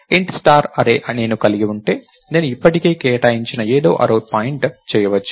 Int star array నేను కలిగి ఉంటే నేను ఇప్పటికే కేటాయించిన ఏదో అర్రే పాయింట్ చేయవచ్చు